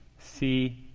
c,